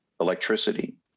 electricity